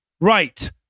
right